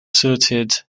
suited